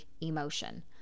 emotion